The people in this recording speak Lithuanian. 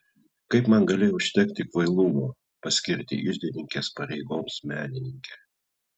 kaip man galėjo užtekti kvailumo paskirti iždininkės pareigoms menininkę